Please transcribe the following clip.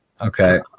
Okay